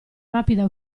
rapida